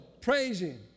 praising